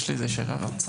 יש לי איזו שאלה לאוצר.